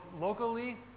locally